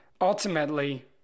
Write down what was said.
Ultimately